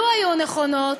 לו היו נכונות,